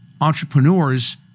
entrepreneurs